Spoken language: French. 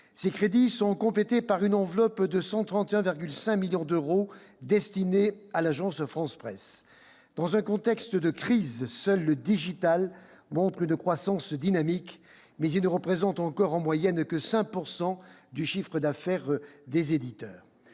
Ces crédits sont complétés par une enveloppe de 131,5 millions d'euros destinée à l'Agence France Presse. Dans un contexte de crise, seul le digital montre une croissance dynamique, mais il ne représente encore en moyenne que 5 % du chiffre d'affaires des éditeurs.